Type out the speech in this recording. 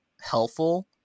helpful